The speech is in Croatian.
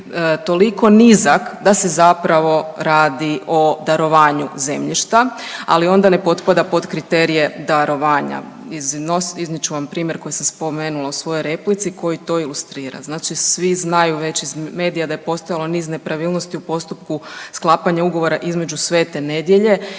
toliko nizak da se zapravo radi o darovanju zemljišta, ali onda ne potpada pod kriterije darovanja. Iznijet ću vam primjer koji sam spomenula u svojoj replici koji to ilustrira. Znači svi znaju već iz medija da je postojalo niz nepravilnosti u postupku sklapanja ugovora između Svete Nedelje